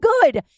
good